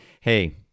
hey